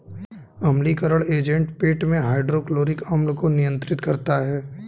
अम्लीयकरण एजेंट पेट में हाइड्रोक्लोरिक अम्ल को नियंत्रित करता है